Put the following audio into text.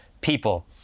people